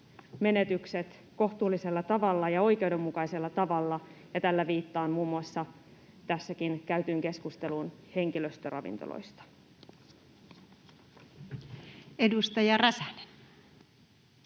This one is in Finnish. menetykset kohtuullisella tavalla ja oikeudenmukaisella tavalla, ja tällä viittaan muun muassa tässäkin käytyyn keskusteluun henkilöstöravintoloista. [Speech